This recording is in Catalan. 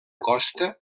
costa